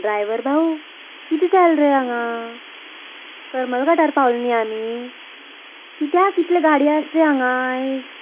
driver भाऊ कितें जालां रे हांगा करमल घाटार पावली न्ही आमी कित्याक इतल्यो गाडयो आसा रे हांगा आयज